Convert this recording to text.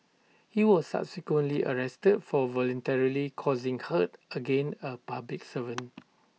he was subsequently arrested for voluntarily causing hurt against A public servant